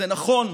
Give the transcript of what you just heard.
זה נכון,